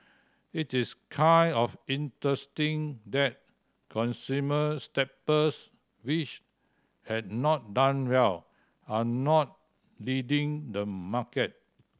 it is kind of interesting that consumer staples which had not done well are not leading the market